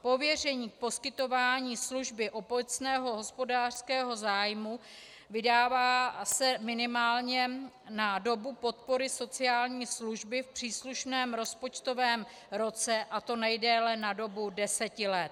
Pověření k poskytování služby obecného hospodářského zájmu se vydává minimálně na dobu podpory sociální služby v příslušném rozpočtovém roce, a to nejdéle na dobu deseti let.